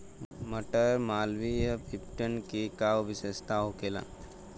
मटर मालवीय फिफ्टीन के का विशेषता होखेला?